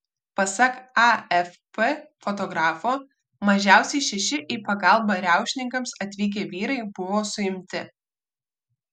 pasak afp fotografo mažiausiai šeši į pagalbą riaušininkams atvykę vyrai buvo suimti